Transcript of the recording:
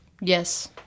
Yes